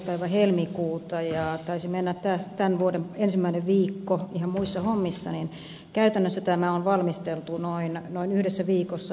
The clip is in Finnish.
päivä helmikuuta ja taisi mennä tämän vuoden ensimmäinen viikko ihan muissa hommissa niin käytännössä tämä on valmisteltu noin yhdessä viikossa tammikuussa